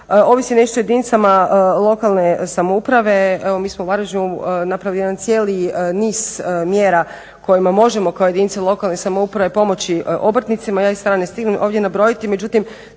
ovisi nešto o jedinicama lokalne samouprave. Evo mi smo u Varaždinu napravili jedan cijeli niz mjera kojima možemo kao jedinica lokalne samouprave pomoći obrtnicima. Ja ih sve ne stignem ovdje nabrojiti, međutim